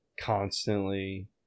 constantly